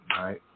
right